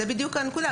זאת בדיוק הנקודה.